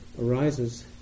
arises